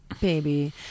Baby